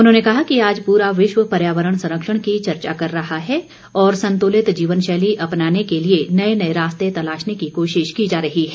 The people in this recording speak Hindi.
उन्होंने कहा कि आज पूरा विश्व पर्यावरण संरक्षण की चर्चा कर रहा है और संतुलित जीवनशैली अपनाने के लिए नए नए रास्ते तलाशने की कोशिश की जा रही है